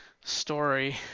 story